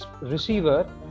Receiver